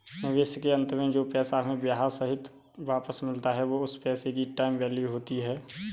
निवेश के अंत में जो पैसा हमें ब्याह सहित वापस मिलता है वो उस पैसे की टाइम वैल्यू होती है